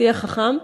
תהיה חכם",